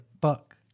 Buck